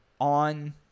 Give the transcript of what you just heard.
on